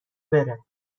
بره